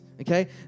okay